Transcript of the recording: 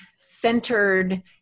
centered